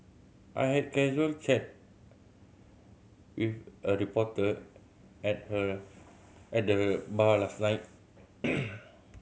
I had a casual chat with a reporter at her at the bar last night